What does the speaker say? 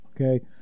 okay